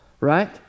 right